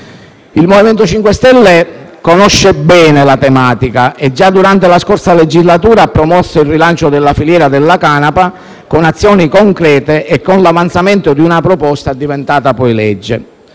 Il MoVimento 5 Stelle conosce bene la tematica e, già durante la scorsa legislatura, ha promosso il rilancio della filiera della canapa con azioni concrete e con l'avanzamento di una proposta poi diventata legge.